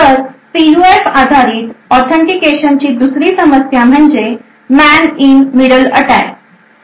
तर पीयूएफ आधारित ऑथेंटिकेशन ची दुसरी समस्या म्हणजे man in middle attack Man in middle attack